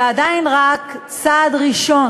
נשמור על ציבור בוחרינו,